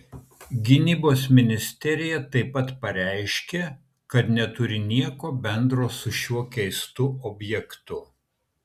gynybos ministerija taip pat pareiškė kad neturi nieko bendro su šiuo keistu objektu